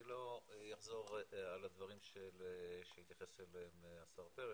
אני לא אחזור על הדברים שהתייחס אליהם השר פרץ,